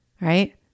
right